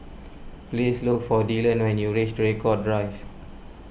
please look for Dillon when you reach Draycott Drive